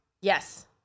Yes